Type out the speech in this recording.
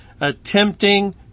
attempting